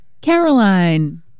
Caroline